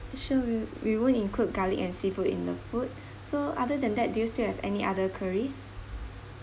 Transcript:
sure we'll we won't include garlic and seafood in the food so other than that do you still have any other queries